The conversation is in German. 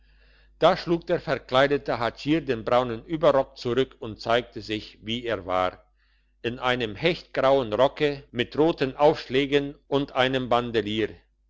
da schlug der verkleidete hatschier den braunen überrock zurück und zeigte sich wie er war in einem hechtgrauen rocke mit roten aufschlägen und einem bandelier